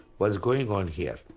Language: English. what's going on here?